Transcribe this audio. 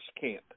camp